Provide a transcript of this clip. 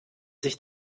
sich